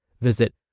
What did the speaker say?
Visit